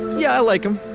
yeah, i like him.